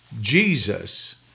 Jesus